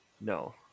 No